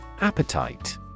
Appetite